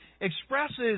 expresses